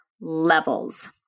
levels